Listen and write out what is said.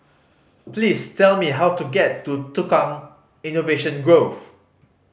please tell me how to get to Tukang Innovation Grove